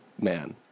man